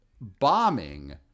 bombing